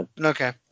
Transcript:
Okay